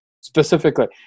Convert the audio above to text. specifically